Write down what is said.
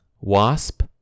Wasp